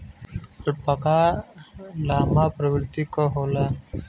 alpaca llama प्रवृत्ति क होला